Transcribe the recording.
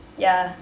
ya